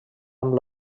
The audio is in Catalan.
amb